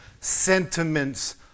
sentiments